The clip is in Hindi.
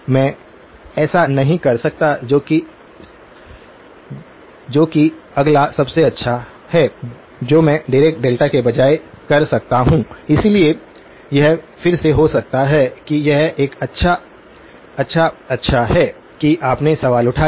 मैं ऐसा नहीं कर सकता जो कि अगला सबसे अच्छा है जो मैं डिराक डेल्टा के बजाय कर सकता हूं इसलिए यह फिर से हो सकता है कि यह एक अच्छा अच्छा अच्छा है कि आपने सवाल उठाया